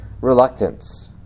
reluctance